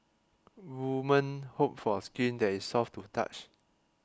women hope for skin that is soft to touch